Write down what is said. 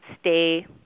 stay